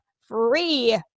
free